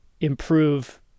improve